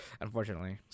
unfortunately